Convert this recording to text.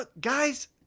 guys